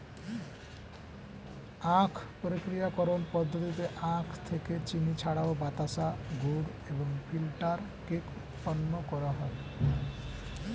আখ প্রক্রিয়াকরণ পদ্ধতিতে আখ থেকে চিনি ছাড়াও বাতাসা, গুড় এবং ফিল্টার কেক উৎপন্ন হয়